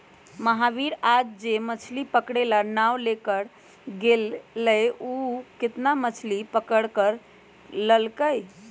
महावीर आज जो मछ्ली पकड़े ला नाव लेकर गय लय हल ऊ कितना मछ्ली पकड़ कर लल कय?